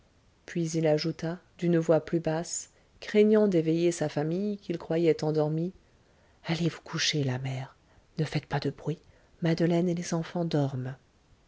puis il ajouta d'une voix plus basse craignant d'éveiller sa famille qu'il croyait endormie allez vous coucher la mère ne faites pas de bruit madeleine et les enfants dorment